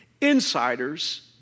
insiders